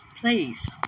please